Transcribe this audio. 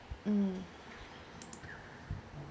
mm